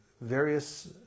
various